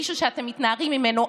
במישהו שאתם מתנערים ממנו,